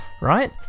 right